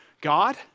God